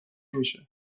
میشه